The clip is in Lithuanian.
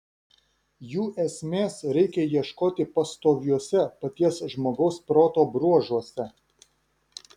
jų esmės reikia ieškoti pastoviuose paties žmogaus proto bruožuose